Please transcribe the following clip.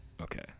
Okay